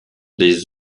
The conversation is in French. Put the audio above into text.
des